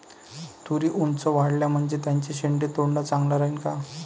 तुरी ऊंच वाढल्या म्हनजे त्याचे शेंडे तोडनं चांगलं राहीन का?